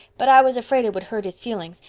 but i was afraid it would hurt his feelings,